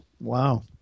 Wow